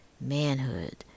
manhood